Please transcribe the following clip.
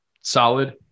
solid